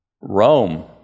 Rome